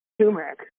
turmeric